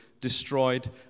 destroyed